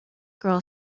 girl